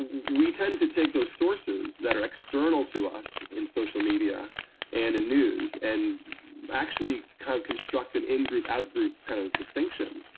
we tend to take those sources that are external to us in social media and in news, and actually kind of construct an in-group, out-group kind of distinction,